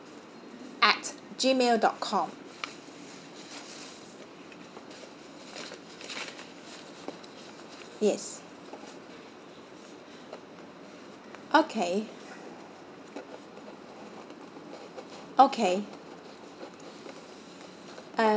at gmail dot com yes okay okay uh